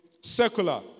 secular